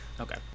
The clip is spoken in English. Okay